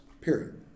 period